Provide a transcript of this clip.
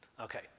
okay